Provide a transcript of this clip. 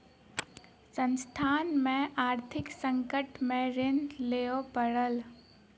संस्थान के आर्थिक संकट में ऋण लिअ पड़ल